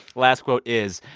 last quote is,